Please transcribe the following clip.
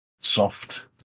soft